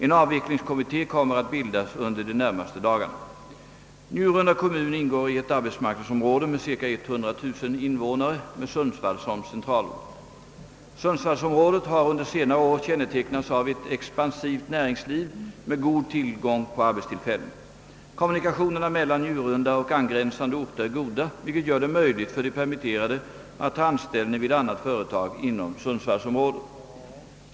En avvecklingskommitté kommer att bildas under de närmaste dagarna. Njurunda kommun ingår i ett arbetsmarknadsområde med ca 100 000 invånare med Sundsvall som centralort. Sundsvallsområdet har under senare år kännetecknats av ett expansivt näringsliv med god tillgång på arbetstillfällen. Kommunikationerna mellan Njurunda och angränsande orter är goda, vilket gör det möjligt för de permitterade att ta anställning vid annat företag inom sundsvallsområdet.